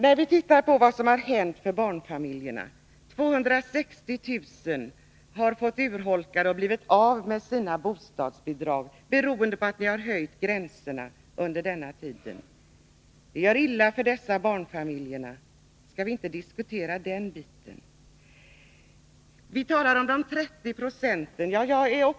Låt oss titta på vad som har hänt för barnfamiljerna! Under denna tid har 260 000 barnfamiljer fått urholkade bostadsbidrag eller blivit av med dem, beroende på att ni har höjt gränserna. Det är illa för dessa barnfamiljer. Skall vi inte diskutera den saken? Ni säger att alla samhällets kostnader för barnomsorgen kommer bara 30 70 av barnen till del.